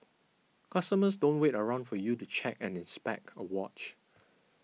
customers don't wait around for you to check and inspect a watch